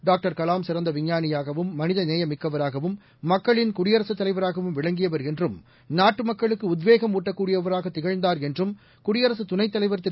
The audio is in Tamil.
டாக்டர் கலாம் சிறந்தவிஞ்ஞானியாகவும் மனிதநேயமிக்கவராகவும் மக்களின் குடியரகத் தலைவராகவும் விளங்கியவர் என்றும் நாட்டுமக்களுக்குஉத்வேகம் ஊட்டக்கூடியவராகதிகழ்ந்தார் என்றும் தலைவர் திரு